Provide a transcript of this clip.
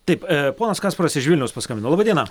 taip ponas kasparas iš vilniaus paskambino laba diena